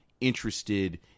interested